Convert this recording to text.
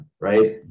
right